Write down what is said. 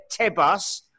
Tebas